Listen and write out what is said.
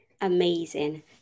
Amazing